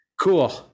Cool